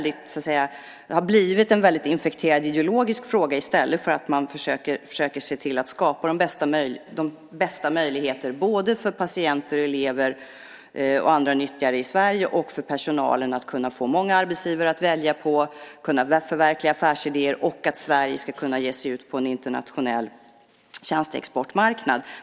Det har blivit en väldigt infekterad ideologisk fråga i stället för att man försöker se till att skapa de bästa möjligheterna för patienter, elever och andra nyttjare i Sverige. Personalen ska kunna få många arbetsgivare att välja på och kunna förverkliga affärsidéer, och Sverige ska kunna ge sig ut på en internationell tjänsteexportmarknad.